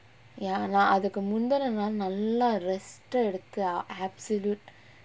ya நா அதுக்கு முந்தன நாள் நல்லா:naa athukku mundhana naal nalla rest எடுத்து:eduthu absolute